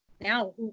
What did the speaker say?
now